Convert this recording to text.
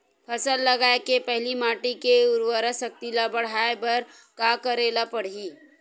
फसल लगाय के पहिली माटी के उरवरा शक्ति ल बढ़ाय बर का करेला पढ़ही?